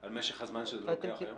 על משך הזמן שזה לוקח היום?